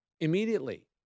immediately